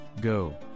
Go